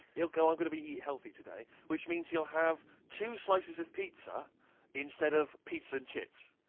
he'll go i'm going to eat healthy today which means he'll have two slices of pizza instead of, pizza and chips.